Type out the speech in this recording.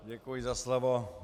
Děkuji za slovo.